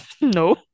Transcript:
no